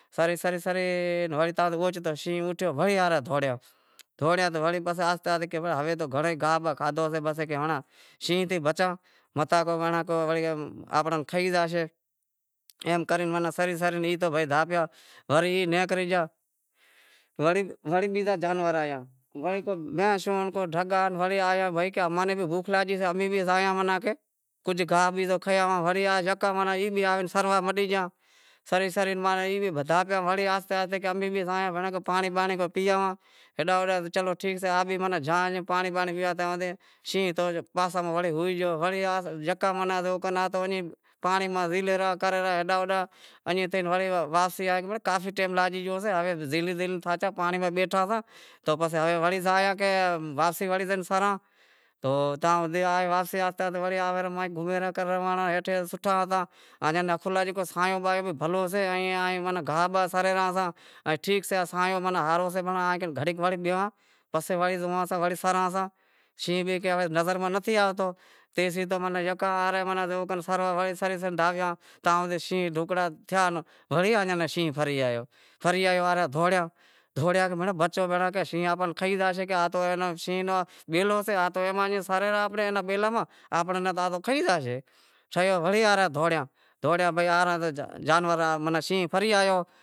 سرے سرے سرے وڑے شینہں اوٹھیو تو وڑے آوے دہونڑیا، دہوڑیا تو وڑے آہستے آہستے کہیں کہ بھنڑیاں ہوے تو گھنڑو ئی گاہ باہ کھادہو شے ہنڑاں شینہں تے بچاں متاں کو بھینڑاں آپاں ناں کھئی زاشے ایم کری سری سری ای تو دھاپیا وری ای نیکری گیا وڑی بیزا جانور آیا وڑی کو بھینشوں کو ڈھگا وڑی آیا کہ بھئی اماں نیں بھی بوکھ لاگی شے امیں بھی زایاں ماناں کہ کجھ گاہ بیزو کھئی آواں وڑی یکا ای بھی آئے سروا مٹی گیا سری سری ای کہیں کہ بھئی امیں بھی زائے پانڑی بانڑی کو پیئے آواں، چلو ٹھیک سے ای بھی زایا پانڑی بانڑی پیئے تنھن ھوندے شینہں تو پاساں ماہ وڑے ہوئے گیو وڑی یکا ماناں زیوو کر پانڑی ماہ زیلے رہیا ہیڈاں ہوڈاں ائیں تھے وڑے واپسی آوے کہیں ھوے کافی ٹیم لاگی گیو شے پانڑی ماہ زیلے زیلے تھاچا پانڑی ماہ بیٹھا ساں تو پاسے ہوے وڑی زائے کہ واپسی وڑی زائے سراں تو وا]پسی آوے رہا گھومیں رہا ہنڑ سوٹھا ہتا سایوں بانیوں بھی بھلو سے ائیں گاہ باھ سرے رہاں ائیں ٹھیک سے سانئوں ہارو سے ائیں وڑی بیہاں پسے وڑے زوئاں ساں سراں ساںشینہں بینہں ہوے نظر ماہ نتھی آوتو تیسیں وڑے زیوو کر سرے سرے ڈھاپیا تیئں زائے شینہں ناں زائے ڈھکڑا تھیا تو آوے شینہں ایئاں ناں پھری آیو تو دہوڑیا تو بچو بھینڑاں شینہں آپاں ناں کھائی زاشے شینہں رو تو بیلو سے آتو ئے سرے رہاں آنپڑیں بیلاں ماہ آپاں ناں تو کھئی زاشے ٹھیو وڑے آرہا دہونڑیا تو شینہں فری آیو۔